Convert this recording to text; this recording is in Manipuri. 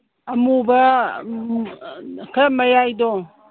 ꯑꯃꯨꯕ ꯈꯔ ꯃꯌꯥꯏꯗꯣ